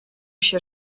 się